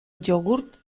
jogurt